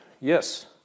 yes